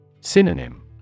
Synonym